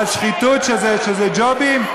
ועל שחיתות שזה ג'ובים?